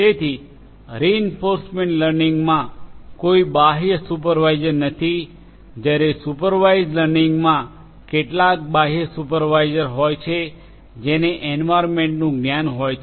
તેથી રિઇન્ફોર્સમેન્ટ લર્નિંગમાં કોઈ બાહ્ય સુપરવાઇઝર નથી જ્યારે સુપરવાઇઝડ લર્નિંગમાં કેટલાક બાહ્ય સુપરવાઇઝર હોય છે જેને એન્વાર્યન્મેન્ટનું જ્ઞાન હોય છે